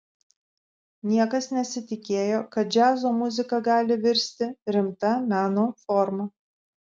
niekas nesitikėjo kad džiazo muzika gali virsti rimta meno forma